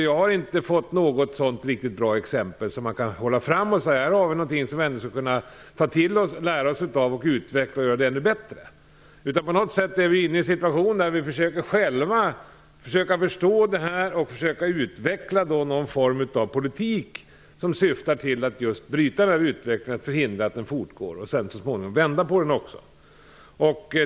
Jag har inte något riktigt bra exempel att hålla fram och kan därför inte säga: Här har vi någonting som vi ändå skulle kunna ta till oss och lära oss av och som vi skulle kunna utveckla och göra ännu bättre. På något sätt befinner vi oss i stället i en situation där vi själva försöker förstå det här och utveckla någon form av politik som syftar till att just bryta nämnda utveckling och till att förhindra att den fortgår för att så småningom också vända utvecklingen.